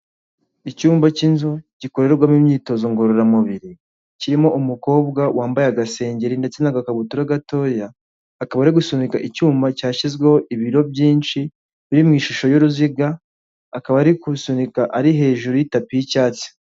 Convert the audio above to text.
Icyumba cy'inzu gikorerwamo imyitozo ngororamubiri kirimo umukobwa wambaye agasengeri ndetse n'akabutura gatoya akaba ari gusunika icyuma cyashyizweho ibiro byinshi biri mu ishusho y'uruziga akaba ari gusunika ari hejuru y'itapi y'icyatsi.